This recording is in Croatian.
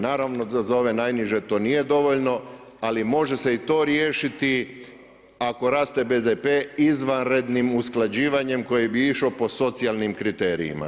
Naravno da za ove najniže to nije dovoljno, ali može se i to riješiti ako raste BDP izvanrednim usklađivanjem koji bi išao po socijalnim kriterijima.